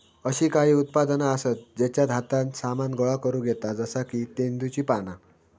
अशी काही उत्पादना आसत जेच्यात हातान सामान गोळा करुक येता जसा की तेंदुची पाना